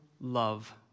love